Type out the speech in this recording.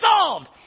solved